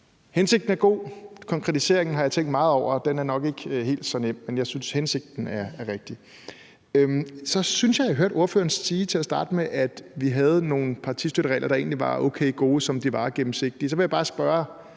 hensigten er god. Konkretiseringen har jeg tænkt meget over, og den er nok ikke helt så nem, men jeg synes, at hensigten er rigtig. Så synes jeg, jeg hørte ordføreren sige til at starte med, at vi havde nogle partistøtteregler, der egentlig var okay gode, som de var, og gennemsigtige. Så vil jeg bare spørge: